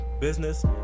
business